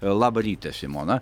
labą rytą simona